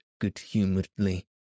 good-humouredly